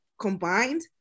combined